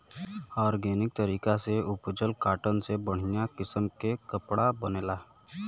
organic तरीका से उपजल कॉटन से बढ़िया किसम के कपड़ा बनेला